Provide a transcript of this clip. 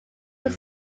were